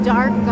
Dark